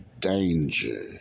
danger